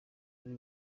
kuri